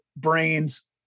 brains